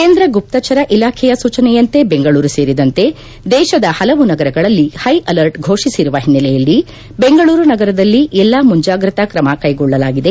ಕೇಂದ್ರ ಗುಪ್ತಚರ ಇಲಾಖೆಯ ಸೂಚನೆಯಂತೆ ಬೆಂಗಳೂರು ಸೇರಿದಂತೆ ದೇಶದ ಪಲವು ನಗರಗಳಲ್ಲಿ ಹೈ ಅಲರ್ಟ್ ಘೋಷಿಸಿರುವ ಹಿನ್ನೆಲೆಯಲ್ಲಿ ದೆಂಗಳೂರು ನಗರದಲ್ಲಿ ಎಲ್ಲ ಮುಂಜಾಗ್ರತಾ ್ರಮ ಕೈಗೊಳ್ಳಲಾಗಿದೆ